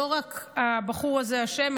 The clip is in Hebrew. לא רק הבחור הזה אשם,